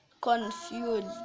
confused